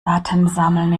datensammeln